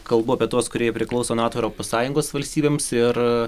kalbu apie tuos kurie priklauso nato europos sąjungos valstybėms ir